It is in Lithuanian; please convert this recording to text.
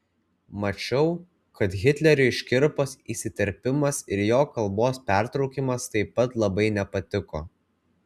mačiau kad hitleriui škirpos įsiterpimas ir jo kalbos pertraukimas taip pat labai nepatiko